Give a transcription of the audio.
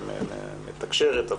שהיא מתקשרת.